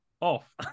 off